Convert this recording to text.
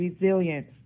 resilience